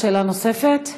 שאלה נוספת?